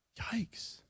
Yikes